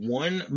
one